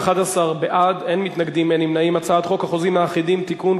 ההצעה להעביר את הצעת חוק החוזים האחידים (תיקון,